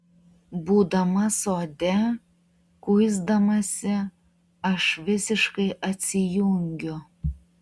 būdama sode kuisdamasi aš visiškai atsijungiu